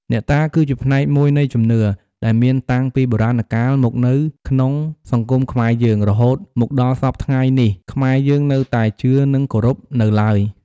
អ្នកតាគឺជាផ្នែកមួយនៃជំនឿ ដែលមានតាំងពីបុរាណកាលមកនៅក្នុងសង្គមខ្មែរយើង រហូតមកដល់សព្វថ្ងៃនេះខ្មែរយើងនៅតែជឿនិងគោរពនូវឡើយ។